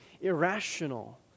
irrational